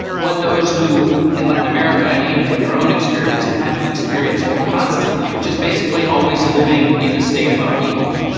what those who in latin america and even in your own experience have had to experience more constantly, which is basically always living in a state of upheaval?